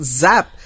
zap